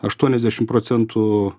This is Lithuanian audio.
aštuoniasdešimt procentų